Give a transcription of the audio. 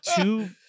two